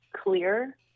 clear